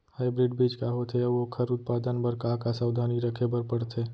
Hybrid बीज का होथे अऊ ओखर उत्पादन बर का का सावधानी रखे बर परथे?